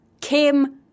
Kim